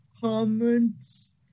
comments